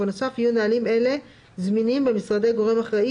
ובנוסף יהיו נהלים אלה זמינים במשרדי גורם אחראי